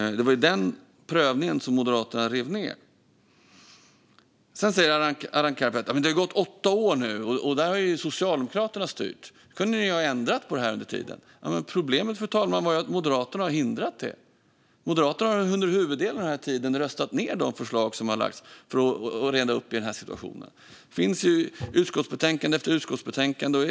Den prövningen rev Moderaterna ned. Arin Karapet säger sedan att Socialdemokraterna har styrt i åtta år och kunde ha ändrat på det här. Men problemet, fru talman, är ju att Moderaterna har hindrat det. Moderaterna har under huvuddelen av den här tiden röstat ned de förslag som har lagts fram för att reda upp i den här situationen. Det kan man se i utskottsbetänkande efter utskottsbetänkande.